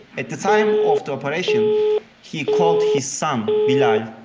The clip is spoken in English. at the time of the operation he called his son, bilal,